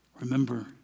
Remember